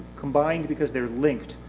combined because they are linked.